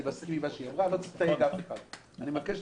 אני מסכים עם מה שהיא אמרה, לא צריך לתייג אף אחד.